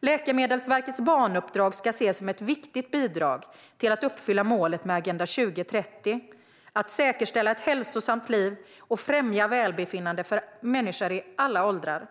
Läkemedelsverkets barnuppdrag ska ses som ett viktigt bidrag till att uppfylla ett av målen i Agenda 2030, nämligen att säkerställa ett hälsosamt liv och främja välbefinnande för människor i alla åldrar.